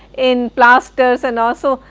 in plaster and also,